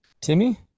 Timmy